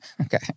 Okay